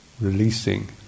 releasing